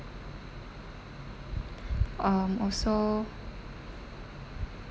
um also